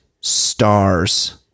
stars